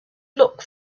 look